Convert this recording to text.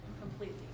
completely